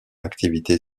activité